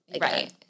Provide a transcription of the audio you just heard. Right